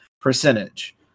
percentage